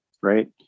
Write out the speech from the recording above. Right